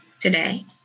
today